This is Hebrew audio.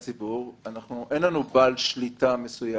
אין לנו בעל שליטה מסוים.